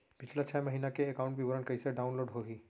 पिछला छः महीना के एकाउंट विवरण कइसे डाऊनलोड होही?